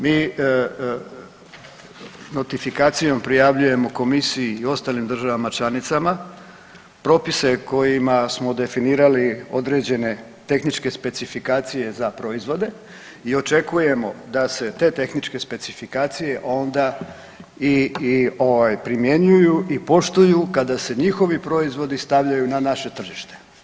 Mi notifikacijom prijavljujemo komisiji i ostalim državama članica propise kojima smo definirali određene tehničke specifikacije za proizvode i očekujemo da se te tehničke specifikacije onda i i ovaj primjenjuju i poštuju kada se njihovi proizvodi stavljaju na naše tržište.